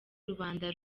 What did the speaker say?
rubanda